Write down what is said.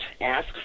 ask